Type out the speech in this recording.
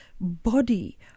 body